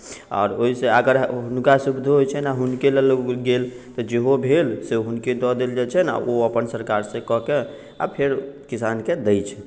आओर ओहिसँ अगर हुनकासभके जेहो होइत छनि आ हुनके लग लोग गेल तऽ जेहो भेल सेहो हुनके दऽ देल जाइत छनि आ ओ अपन सरकारसँ कऽ के आ फेर किसानकेँ दैत छथिन